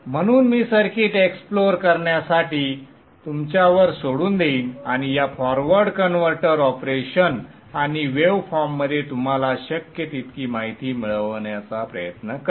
म्हणून मी circuit explore करण्यासाठी तुमच्यावर सोडून देईन आणि या फॉरवर्ड कन्व्हर्टर ऑपरेशन आणि वेव फॉर्ममध्ये तुम्हाला शक्य तितकी माहिती मिळवण्याचा प्रयत्न करेन